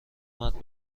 مرد